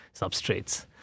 substrates